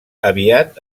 aviat